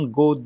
go